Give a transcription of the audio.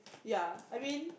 ya I mean